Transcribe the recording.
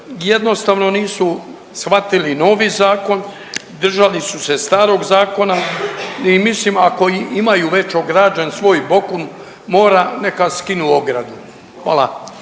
jednostavno nisu shvatili novi zakon, držali su se starog zakona i mislim ako i imaju već ograđen svoj bokun mora neka skinu ogradu. Hvala.